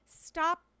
stop